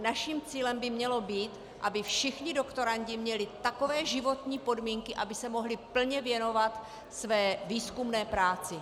Naším cílem by mělo být, aby všichni doktorandi měli takové životní podmínky, aby se mohli plně věnovat své výzkumné práci.